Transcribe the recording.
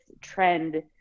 trend